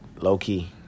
low-key